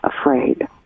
afraid